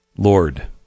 Lord